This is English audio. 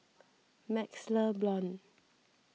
MaxLe Blond